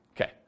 Okay